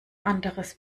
anderes